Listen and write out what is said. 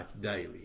daily